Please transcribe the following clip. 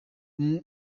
umwe